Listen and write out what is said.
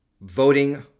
voting